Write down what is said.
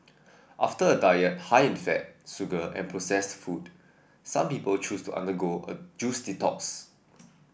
after a diet high in fat sugar and processed food some people choose to undergo a juice detox